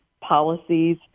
policies